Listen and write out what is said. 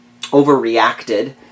overreacted